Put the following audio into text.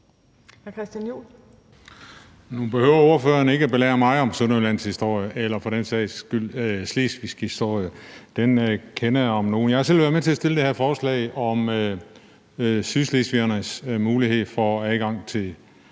Nu behøver ordføreren ikke at belære mig om Sønderjyllands historie eller for den sags skyld om slesvigsk historie. Den kender jeg om nogen. Jeg har selv været med til at stille det her forslag om sydslesvigernes mulighed for adgang til